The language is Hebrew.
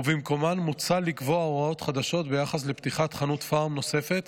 ובמקומן מוצע לקבוע הוראות חדשות ביחס לפתיחת חנות פארם נוספת